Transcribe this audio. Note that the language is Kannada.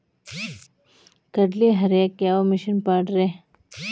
ಕಡ್ಲಿ ಹರಿಯಾಕ ಯಾವ ಮಿಷನ್ ಪಾಡ್ರೇ?